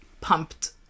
pumped